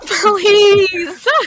Please